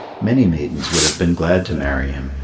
many maidens would have been glad to marry him,